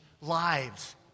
lives